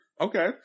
Okay